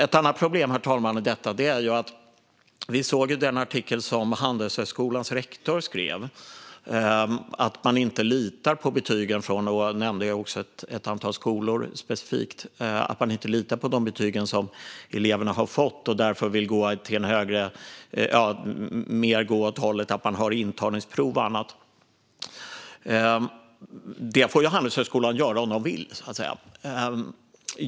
Handelshögskolans rektor skrev en artikel om att man inte litar på de betyg som eleverna har fått - han nämnde också ett antal skolor specifikt - och att man därför vill gå åt ett håll med intagningsprov och annat. Det får Handelshögskolan göra om de vill.